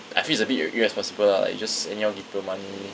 I feel it's a bit irr~ irresponsible lah like you just anyhow give people money